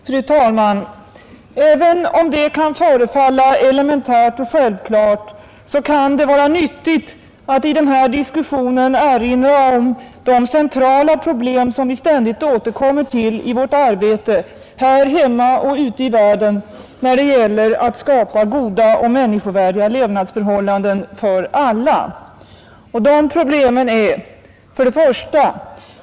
Fru talman! Även om det kan förefalla elementärt och självklart, så kan det vara nyttigt att i den här diskussionen erinra om de centrala problem, som vi ständigt återkommer till i vårt arbete här hemma och ute i världen när det gäller att skapa goda och människovärdiga levnadsförhållanden för alla. Och de problemen är: 1.